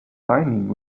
signing